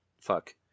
fuck